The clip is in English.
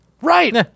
Right